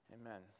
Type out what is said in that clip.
Amen